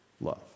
love